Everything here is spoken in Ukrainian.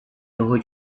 його